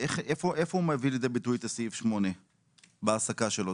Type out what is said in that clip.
היכן הוא מביא לידי ביטוי את סעיף 8 בהעסקה שלו?